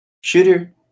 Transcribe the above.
Shooter